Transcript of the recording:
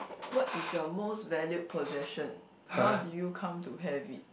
what is your most valued possession how did you come to have it